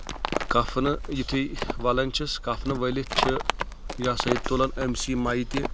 کفنہٕ یِتھُے ولان چھِس کفنہٕ ؤلِتھ چھِ یہِ ہسا یہِ تُلان أمۍ سی مایتی